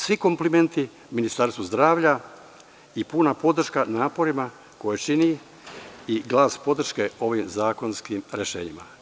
Svi komplimenti Ministarstvu zdravlja i puna podrška naporima koje čini i glas podrške ovim zakonskim rešenjima.